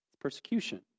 Persecution